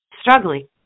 struggling